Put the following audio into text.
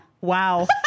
Wow